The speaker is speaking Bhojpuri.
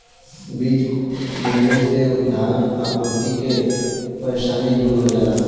बीज बोले से खाद्यान आपूर्ति के परेशानी दूर हो जाला